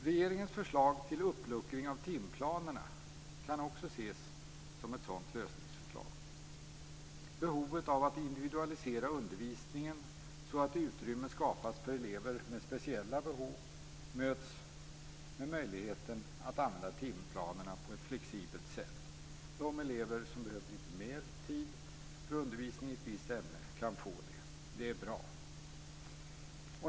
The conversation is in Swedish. Regeringens förslag till uppluckring av timplanerna kan också ses som ett sådant lösningsförslag. Behovet av att individualisera undervisningen så att utrymme skapas för elever med speciella behov möts med möjligheten att använda timplanerna på ett flexibelt sätt. De elever som behöver litet mer tid för undervisning i ett visst ämne kan få det. Det är bra.